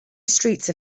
streets